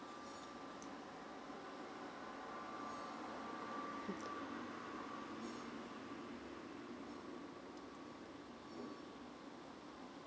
mm